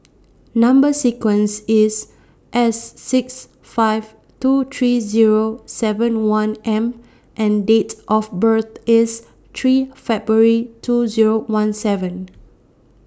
Number sequence IS S six five two three Zero seven one M and Date of birth IS three February two Zero one seven